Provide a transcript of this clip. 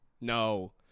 no